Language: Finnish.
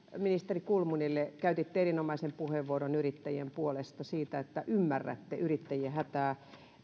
ministeri kulmunille käytitte erinomaisen puheenvuoron yrittäjien puolesta siitä että ymmärrätte yrittäjien hätää